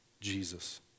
Jesus